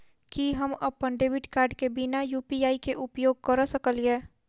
की हम अप्पन debit card केँ बिना यु.पी.आई केँ उपयोग करऽ सकलिये?